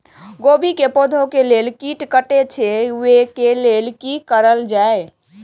गोभी के पौधा के जे कीट कटे छे वे के लेल की करल जाय?